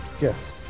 Yes